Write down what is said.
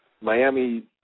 Miami